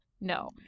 no